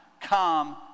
come